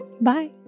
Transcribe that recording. bye